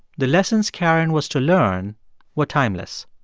the lessons karen was to learn were timeless.